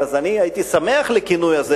אז אני הייתי שמח לכינוי הזה.